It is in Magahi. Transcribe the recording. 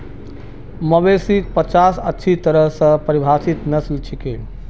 मवेशिक पचास अच्छी तरह स परिभाषित नस्ल छिके